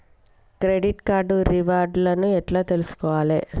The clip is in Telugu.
క్రెడిట్ కార్డు రివార్డ్ లను ఎట్ల తెలుసుకోవాలే?